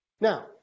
now